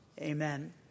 Amen